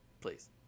Please